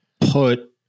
put